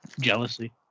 jealousy